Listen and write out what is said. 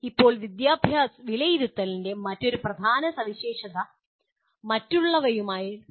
ഇപ്പോൾ വിലയിരുത്തലിൻ്റെ മറ്റൊരു പ്രധാന സവിശേഷത "മറ്റുളളവയുമായി പൊരുത്തപ്പെടൽ" ആണ്